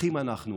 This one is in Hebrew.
אחים אנחנו,